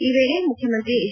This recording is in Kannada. ಈ ವೇಳೆ ಮುಖ್ಯಮಂತ್ರಿ ಎಚ್